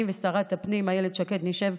אני ושרת הפנים אילת שקד נשב,